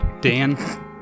Dan